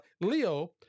Leo